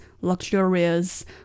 luxurious